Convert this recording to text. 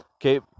okay